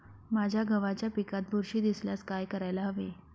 माझ्या गव्हाच्या पिकात बुरशी दिसल्यास काय करायला हवे?